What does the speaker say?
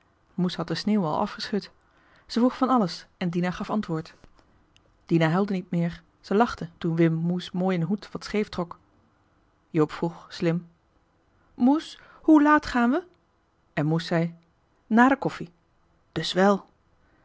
moes had de sneeuw al afgeschud zij vroeg van alles en dina gaf antwoord dina huilde niet meer zij lachte toen wim moe's mooien hoed wat scheef trok joop vroeg slim moes hoe laat gaan we en moes zei na de koffie dus wèl